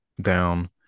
down